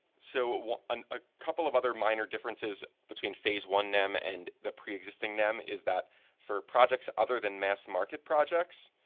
so um ah couple of other minor differences between phase one nem and the preexisting nem is that for projects other than mass market projects,